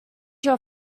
your